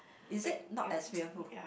is it not as fearful